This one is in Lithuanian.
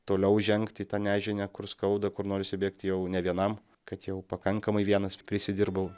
toliau žengt į ta nežinią kur skauda kur norisi bėgt jau ne vienam kad jau pakankamai vienas prisidirbau